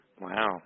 Wow